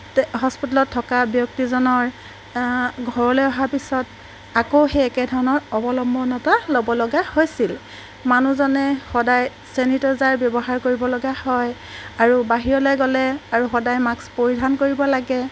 তো হস্পিটেলত থকা ব্যক্তিজনৰ ঘৰলৈ অহা পিছত আকৌ সেই একেই ধৰণৰ অৱলম্বনতা ল'ব লগা হৈছিল মানুহজনে সদায় চেনিটাইজাৰ ব্যৱহাৰ কৰিব লগা হয় আৰু বাহিৰলৈ গ'লে আৰু সদায় মাস্ক পৰিধান কৰিব লাগে